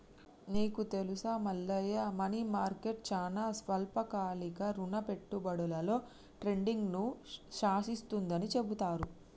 నీకు తెలుసా Mallayya money market చానా స్వల్పకాలిక రుణ పెట్టుబడులలో ట్రేడింగ్ను శాసిస్తుందని చెబుతారు